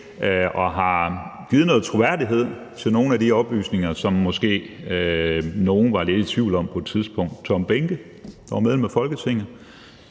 og har givet noget troværdighed i forhold til nogle af de oplysninger, som nogle måske var lidt i tvivl om på et tidspunkt. Der er Tom Behnke, som var medlem af Folketinget.